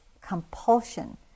compulsion